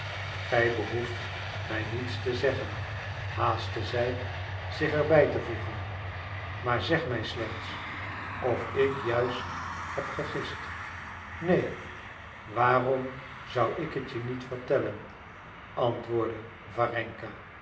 gij behoeft mij niets te zeggen haastte zij zich er bij te voegen maar zeg mij slechts of ik juist heb gegist neen waarom zou ik het je niet vertellen antwoordde